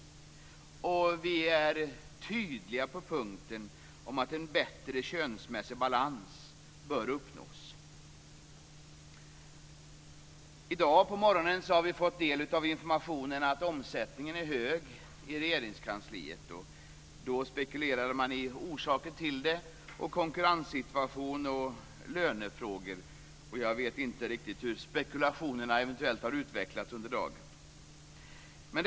Vi är tydliga på punkten att en bättre könsmässig balans bör uppnås. I dag på morgonen tog vi del av informationen att personalomsättningen är hög inom Regeringskansliet. Då spekulerade man i orsakerna till detta, som konkurrenssituation och lönefrågor. Jag vet inte riktigt hur spekulationerna eventuellt har utvecklats under dagen.